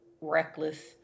reckless